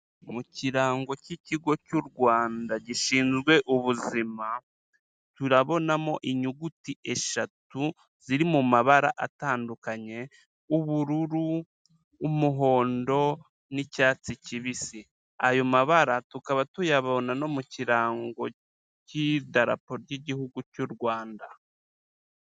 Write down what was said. Mu kirango cy'Ikigo cy'u Rwanda gishinzwe ubuzima turabonamo inyuguti eshatu ziri mu mabara atandukanye ubururu, umuhondo n'icyatsi kibisi, ayo mabara tukaba tuyabona no mu kirango cy'idarapo ry'Igihugu cy'u Rwanda.